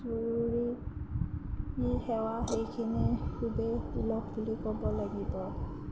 জৰুৰী সেৱা সেইখিনি খুবেই সুলভ বুলি ক'ব লাগিব